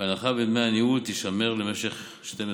וההנחה בדמי הניהול תישמר למשך 12 חודשים.